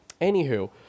Anywho